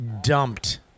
dumped